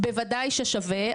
בוודאי ששווה.